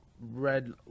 red